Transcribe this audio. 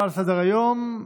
נעבור להצעות לסדר-היום בנושא: